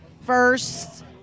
first